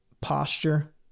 posture